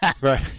Right